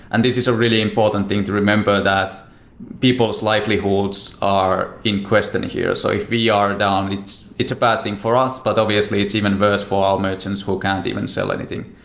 and this is a really important thing to remember that people's livelihoods are in question here. so if we are down, but it's it's a bad thing for us, but obviously it's even worse for our merchants who can't even sell anything.